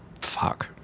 Fuck